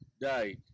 died